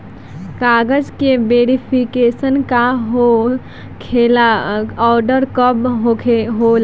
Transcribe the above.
कागज के वेरिफिकेशन का हो खेला आउर कब होखेला?